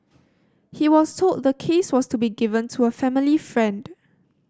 he was told the case was to be given to a family friend